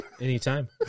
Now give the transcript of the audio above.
Anytime